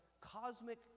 cosmic